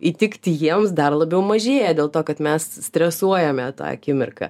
įtikti jiems dar labiau mažėja dėl to kad mes stresuojame tą akimirką